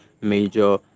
major